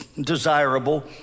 desirable